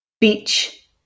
beach